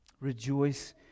rejoice